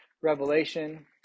Revelation